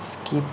skip